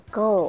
go